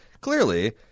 clearly